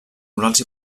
morals